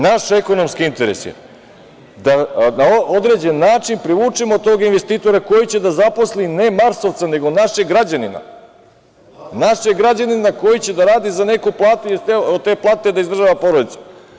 Naš ekonomski interes je da na određeni način privučemo tog investitora koji će da zaposli, ne marsovca, nego našeg građanina koji će da radi za neku platu i od te plate da izdržava porodicu.